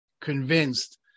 convinced